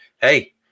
hey